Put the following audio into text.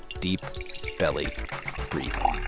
deep belly breathing.